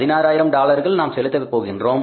16 ஆயிரம் டாலர்கள் நாம் செலுத்த போகின்றோம்